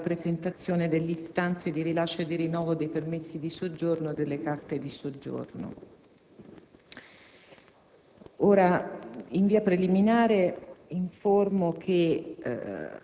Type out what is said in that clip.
per le procedure relative alla presentazione delle istanze di rilascio e di rinnovo dei permessi di soggiorno e delle carte di soggiorno. In via preliminare,